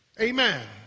Amen